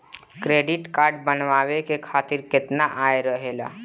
Credit card बनवाए के खातिर केतना आय रहेला?